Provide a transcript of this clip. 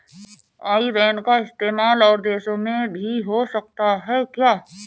आई बैन का इस्तेमाल और देशों में भी हो सकता है क्या?